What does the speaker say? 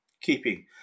keeping